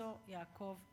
הפרופסור יעקב פרנקל.